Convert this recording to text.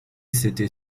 c’était